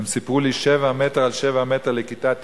והם סיפרו לי: 7 מטרים על 7 מטרים לכיתה תקנית.